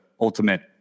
ultimate